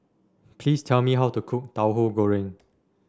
please tell me how to cook Tauhu Goreng